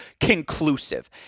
conclusive